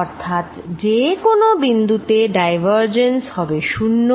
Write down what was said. অর্থাৎ যেকোনো বিন্দুতে ডাইভারজেন্স হবে শূন্য